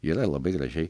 yra labai gražiai